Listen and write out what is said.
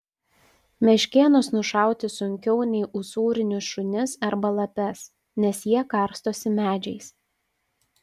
meškėnus nušauti sunkiau nei usūrinius šunis arba lapes nes jie karstosi medžiais